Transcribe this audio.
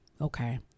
Okay